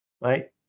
right